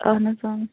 اَہَن حظ